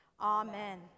Amen